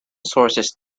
sources